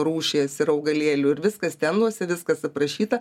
rūšies ir augalėlių ir viskas tenuose viskas aprašyta